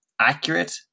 accurate